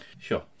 Sure